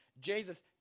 Jesus